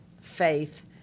faith